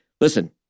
Listen